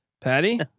Patty